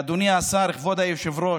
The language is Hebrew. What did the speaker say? ואדוני השר, כבוד היושב-ראש,